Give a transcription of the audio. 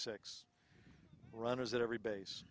six runners at every base